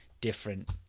different